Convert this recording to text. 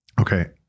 okay